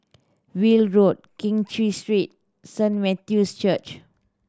Weld Road Keng Cheow Street Saint Matthew's Church